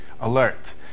alert